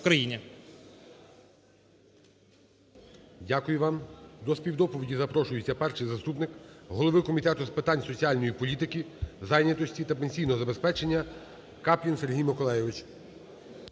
Дякую вам. До співдоповіді запрошується перший заступник голови Комітету з питань соціальної політики, зайнятості та пенсійного забезпечення Каплін Сергій Миколайович.